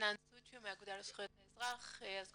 מהאגודה לזכויות האזרח.